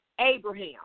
Abraham